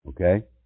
Okay